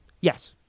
Yes